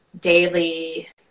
daily